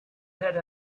had